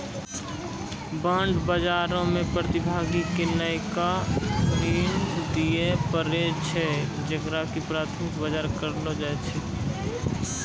bond बजारो मे प्रतिभागी के नयका ऋण दिये पड़ै छै जेकरा की प्राथमिक बजार कहलो जाय छै